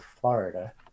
florida